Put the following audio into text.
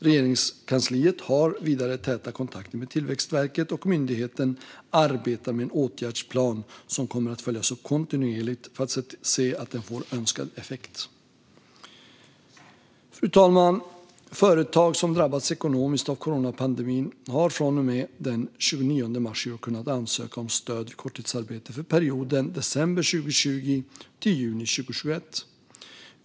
Regeringskansliet har vidare täta kontakter med Tillväxtverket, och myndigheten arbetar med en åtgärdsplan som kommer att följas upp kontinuerligt för att se till att den får önskad effekt. Fru talman! Företag som drabbats ekonomiskt av coronapandemin har från och med den 29 mars i år kunnat ansöka om stöd vid korttidsarbete för perioden december 2020 till juni 2021.